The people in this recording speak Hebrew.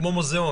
כמו מוזיאון.